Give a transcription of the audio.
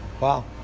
Wow